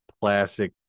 plastic